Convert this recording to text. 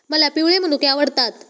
मला पिवळे मनुके आवडतात